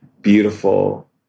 beautiful